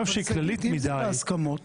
אם זה בהסכמות